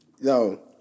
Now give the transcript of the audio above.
Yo